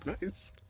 nice